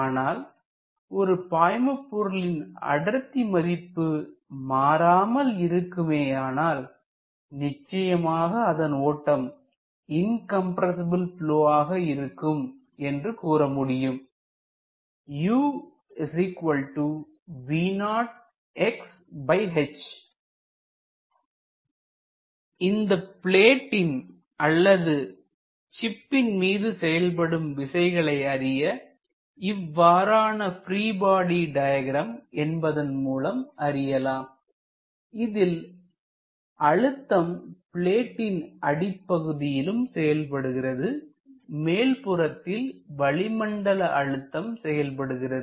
ஆனால் ஒரு பாய்ம பொருளின் அடர்த்தி மதிப்பு மாறாமல் இருக்குமேயானால் நிச்சயமாக அதன் ஓட்டம் இன்கம்ரசிபில் ப்லொ ஆக இருக்கும் என்று கூறமுடியும் இந்த பிளேடின் அல்லது சிப்பின் மீது செயல்படும் விசைகளை அறிய இவ்வாறான பிரீ பாடி டயக்ராம் என்பதன் மூலம் அறியலாம் இதில் அழுத்தம்பிளேடின் அடிப்பகுதியிலும் செயல்படுகிறது மேல்புறத்தில் வளிமண்டல அழுத்தம் செயல்படுகிறது